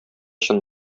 чын